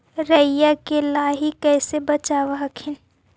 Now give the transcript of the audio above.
राईया के लाहि कैसे बचाब हखिन?